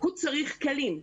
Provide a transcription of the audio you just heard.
הוא צריך כלים.